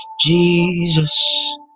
Jesus